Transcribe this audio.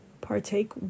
Partake